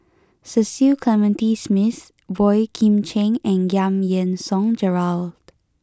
Cecil Clementi Smith Boey Kim Cheng and Giam Yean Song Gerald